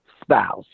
spouse